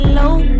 low